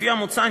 לפי המוצע,